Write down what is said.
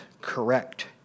correct